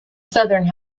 southern